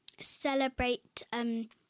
celebrate